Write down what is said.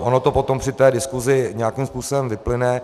Ono to potom při té diskusi nějakým způsobem vyplyne.